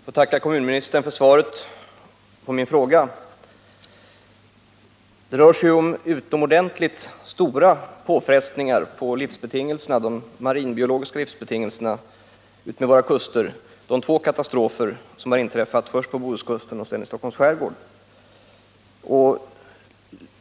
Herr talman! Jag ber att få tacka kommunministern för svaret på min fråga. De två oljekatastrofer som har inträffat har förorsakat utomordentligt stora påfrestningar på de marinbiologiska livsbetingelserna utmed våra kuster.